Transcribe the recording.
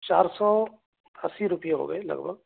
چار سو اسی روپیے ہو گئے لگ بھگ